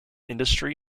industry